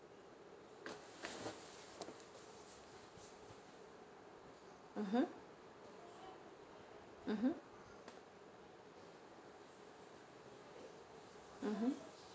mmhmm mmhmm mmhmm